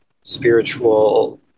spiritual